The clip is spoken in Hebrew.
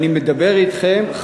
ואני מדבר אתכם,